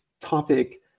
topic